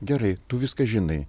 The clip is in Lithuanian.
gerai tu viską žinai